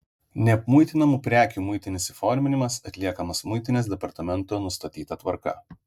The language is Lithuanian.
neapmuitinamų prekių muitinis įforminimas atliekamas muitinės departamento nustatyta tvarka